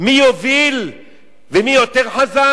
מי יוביל ומי יותר חזק,